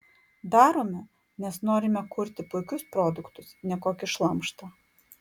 darome nes norime kurti puikius produktus ne kokį šlamštą